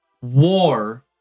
war